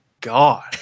god